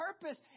purpose